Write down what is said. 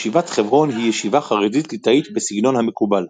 ישיבת חברון היא ישיבה חרדית ליטאית בסגנון המקובל.